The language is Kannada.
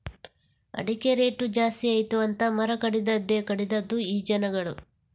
ಅಡಿಕೆ ರೇಟು ಜಾಸ್ತಿ ಆಯಿತು ಅಂತ ಮರ ಕಡಿದದ್ದೇ ಕಡಿದದ್ದು ಈ ಜನಗಳು